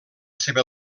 seva